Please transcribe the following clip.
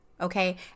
Okay